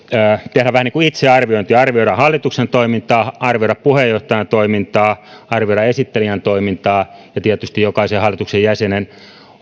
tehdä vähän niin kuin itsearviointia arvioida hallituksen toimintaa arvioida puheenjohtajan toimintaa arvioida esittelijän toimintaa ja tietysti jokaisen hallituksen jäsenen